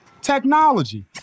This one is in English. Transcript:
technology